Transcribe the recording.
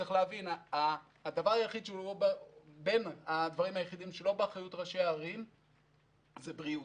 אחד הדברים היחידים שהוא לא באחריות ראשי הערים זה בריאות,